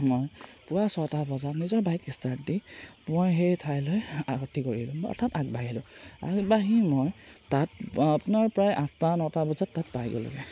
মই পুৱা ছটা বজাত নিজৰ বাইক ষ্টাৰ্ট দি মই সেই ঠাইলৈ আগতি কৰিলোঁ অৰ্থাৎ আগবাঢ়িলোঁ আগবাঢ়ি মই তাত আপোনাৰ প্ৰায় আঠটা নটা বজাত তাত পাই গ'লোগৈ